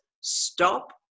stop